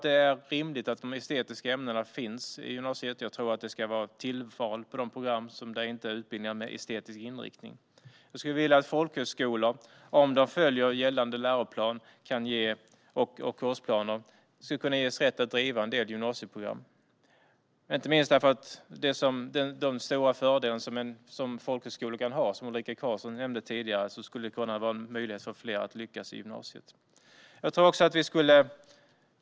Det är rimligt att de estetiska ämnena finns i gymnasiet men att de ska vara tillval på de program som inte har estetisk inriktning. Jag skulle vilja att folkhögskolor, om de följer gällande läroplan och kursplaner, ges rätt att driva en del gymnasieprogram. Inte minst på grund av de stora fördelar folkhögskolor kan ha, som Ulrika Carlsson nämnde tidigare, skulle det vara en möjlighet för fler att lyckas med gymnasiet.